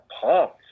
pumped